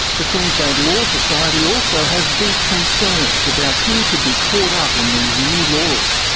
the queensland law society also has deep concerns about who could be caught up in these new laws.